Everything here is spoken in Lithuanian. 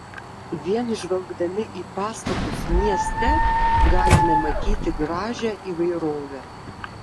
vien žvelgdami į pastatus mieste galime matyti gražią įvairovę